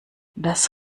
das